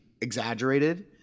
exaggerated